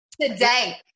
Today